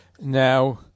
Now